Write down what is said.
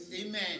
Amen